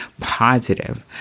positive